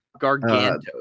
Gargantos